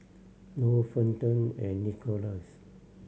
Lou Fenton and Nicholaus